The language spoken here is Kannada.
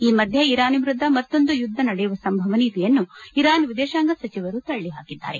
ಈ ಮಧ್ಯೆ ಇರಾನ್ ವಿರುದ್ದ ಮತ್ತೊಂದು ಯುದ್ದ ನಡೆಯವ ಸಂಭವನೀಯತೆಯನ್ನು ಇರಾನ್ ವಿದೇಶಾಂಗ ಸಚಿವರು ತಳ್ಳಿಹಾಕಿದ್ದಾರೆ